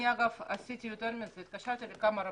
אני עשיתי יותר מזה התקשרתי לכמה רבנים.